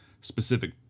specific